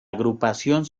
agrupación